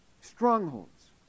strongholds